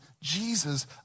Jesus